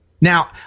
Now